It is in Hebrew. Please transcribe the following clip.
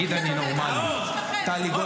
אגב, חונטה, מה, טלי,